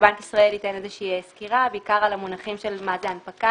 ובנק ישראל ייתן סקירה בעיקר על המונחים של מה זה הנפקה,